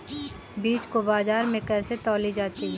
बीज को बाजार में कैसे तौली जाती है?